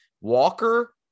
Walker